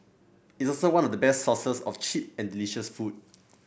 it's also one of the best source for cheap and delicious food